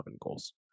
goals